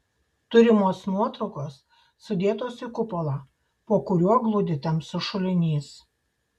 turimos nuotraukos sudėtos į kupolą po kuriuo glūdi tamsus šulinys